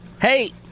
Hey